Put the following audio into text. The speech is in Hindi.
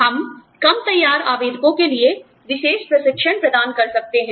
हम कम तैयार आवेदकों के लिए विशेष प्रशिक्षण प्रदान कर सकते हैं